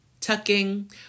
tucking